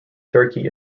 turkey